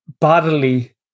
bodily